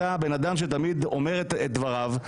אתה בן אדם שתמיד אומר את דבריו,